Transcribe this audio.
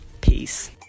Peace